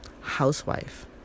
housewife